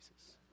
Jesus